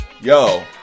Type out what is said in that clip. yo